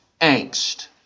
angst